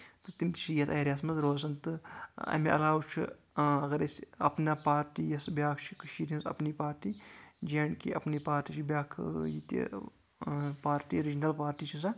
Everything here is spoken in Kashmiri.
تِم تہِ چھِ یتھ ایریاہَس منٛز روزان تہٕ اَمہِ علاوٕ چھُ اَگر أسۍ اپنا پارٹی یَس بیاکھ چھ کشیٖر ہنٛز اپنی پارٹی جے اینڈ کے اپنی پارٹی چھ بیاکھ ییٚتہِ پارٹی رِجنل پارٹی چھےٚ سۄ